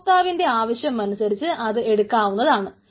ഉപഭോക്താവിന്റെ ആവശ്യമനുസരിച്ച് അത് എടുക്കാവുന്നതാണ്